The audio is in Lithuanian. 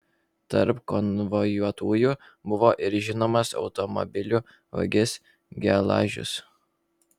tarp konvojuotųjų buvo ir žinomas automobilių vagis gelažius